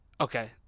Okay